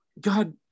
God